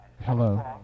Hello